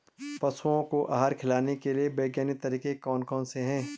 पशुओं को आहार खिलाने के लिए वैज्ञानिक तरीके कौन कौन से हैं?